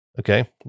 Okay